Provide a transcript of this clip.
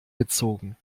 gezogen